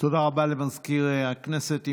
תודה רבה למזכיר הכנסת.